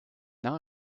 now